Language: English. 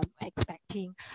expecting